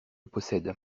possèdent